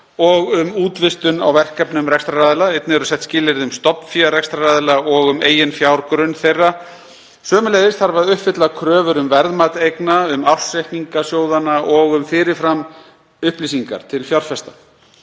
og um útvistun á verkefnum rekstraraðila. Einnig eru sett skilyrði um stofnfé rekstraraðila og um eiginfjárgrunn þeirra. Sömuleiðis þarf að uppfylla kröfur um verðmat eigna, um ársreikninga sjóðanna og um fyrirframupplýsingar til fjárfesta.